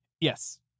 Yes